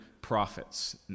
prophets